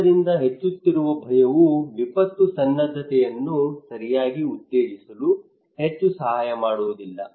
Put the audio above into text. ಆದ್ದರಿಂದ ಹೆಚ್ಚುತ್ತಿರುವ ಭಯವು ವಿಪತ್ತು ಸನ್ನದ್ಧತೆಯನ್ನು ಸರಿಯಾಗಿ ಉತ್ತೇಜಿಸಲು ಹೆಚ್ಚು ಸಹಾಯ ಮಾಡುವುದಿಲ್ಲ